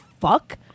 fuck